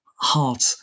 heart